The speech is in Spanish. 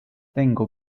tengo